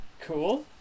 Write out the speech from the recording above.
Cool